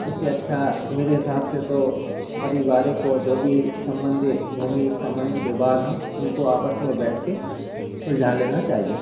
इससे अच्छा मेरे हिसाब से तो परिवारिक और जो भी संबंधी भूमि संबंधी विवाद हैं उनको आपस में बैठ के सुलझा लेना चाहिए